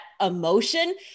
emotion